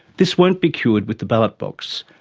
this won't be cured with the ballot box,